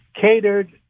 Catered